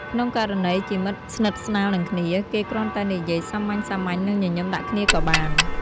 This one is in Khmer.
ក្នុងករណីជាមិត្តស្និទ្ធស្នាលនឹងគ្នា គេគ្រាន់តែនិយាយសាមញ្ញៗ និងញញឹមដាក់គ្នាក៏បាន។